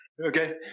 Okay